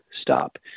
stop